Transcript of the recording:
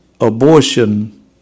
abortion